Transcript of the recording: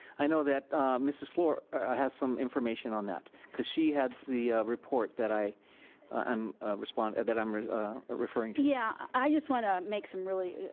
i know that mrs. fluor ah has some information on that cause she has the report that i am responding, that i'm referring to. yeah, i just wanna make some really,